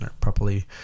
properly